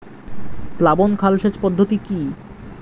প্লাবন খাল সেচ পদ্ধতি কি?